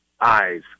eyes